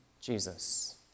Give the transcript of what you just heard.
Jesus